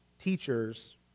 teachers